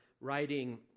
writing